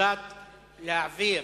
ההצעה להעביר